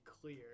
clear